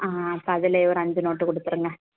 ஆ அப்போ அதுலேயே ஒரு அஞ்சு நோட்டு கொடுத்துருங்க